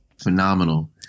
phenomenal